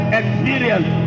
experience